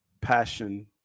passion